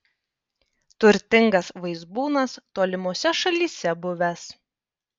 turtingas vaizbūnas tolimose šalyse buvęs